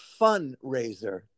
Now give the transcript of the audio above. fundraiser